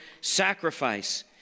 sacrifice